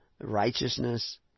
Righteousness